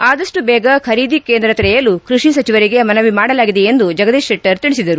ಆದಷ್ಟು ಬೇಗ ಖರೀದಿ ಕೇಂದ್ರ ತೆರೆಯಲು ಕೃಷಿ ಸಚಿವರಿಗೆ ಮನವಿ ಮಾಡಲಾಗಿದೆ ಎಂದು ಜಗದೀಶ್ ಶೆಟ್ಟರ್ ತಿಳಿಸಿದರು